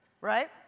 right